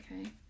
okay